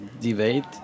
debate